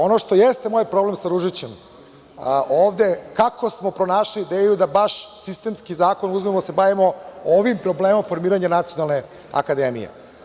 Ono što jeste moj problem sa Ružićem ovde je kako smo pronašli ideju da, baš sistemski zakon, uzmemo da se bavimo ovim problemom formiranja Nacionalne akademije.